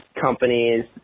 companies